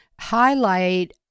highlight